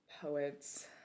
poets